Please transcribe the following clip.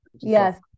yes